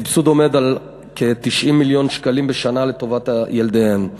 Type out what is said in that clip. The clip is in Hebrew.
הסבסוד עומד על כ-90 מיליון שקלים בשנה לטובת ילדיהן.